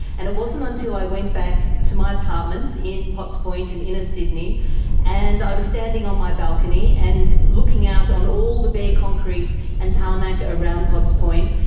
and it wasn't until i went back to my apartment in potts point in inner sydney and i was standing on my balcony and looking out on all the bare concrete and tarmac around potts point,